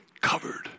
covered